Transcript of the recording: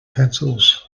pencils